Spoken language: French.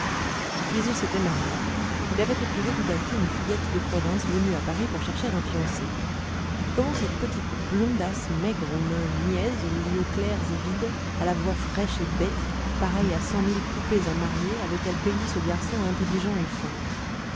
puis il s'était marié il avait épousé tout à coup une fillette de province venue à paris pour chercher un fiancé comment cette petite blondasse maigre aux mains niaises aux yeux clairs et vides à la voix fraîche et bête pareille à cent mille poupées à marier avait-elle cueilli ce garçon intelligent et fin